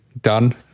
done